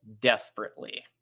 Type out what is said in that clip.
desperately